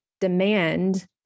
demand